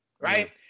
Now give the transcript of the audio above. Right